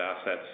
assets